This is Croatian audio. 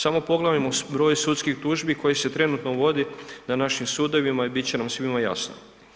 Samo pogledajmo broj sudskih tužbi koje se trenutno vodi na našim sudovima i bit će nam svima jasno.